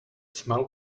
smell